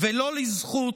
ולא לזכות,